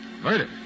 Murder